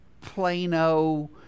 Plano